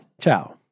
Ciao